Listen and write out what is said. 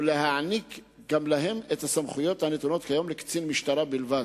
ולהעניק גם לו את הסמכויות הנתונות כיום לקצין משטרה בלבד.